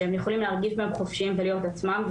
שהם יכולים להרגיש בהן חופשיים ולהיות עצמם.